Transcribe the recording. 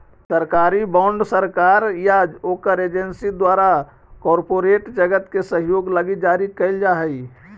सरकारी बॉन्ड सरकार या ओकर एजेंसी द्वारा कॉरपोरेट जगत के सहयोग लगी जारी कैल जा हई